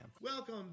Welcome